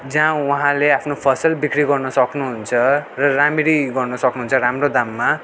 जहाँ उहाँले आफ्नो फसल बिक्री गर्न सक्नुहुन्छ र राम्ररी गर्न सक्नुहुन्छ राम्रो दाममा